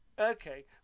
okay